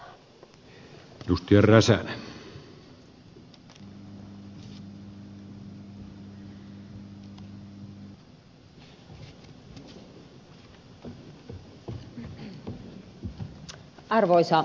arvoisa puhemies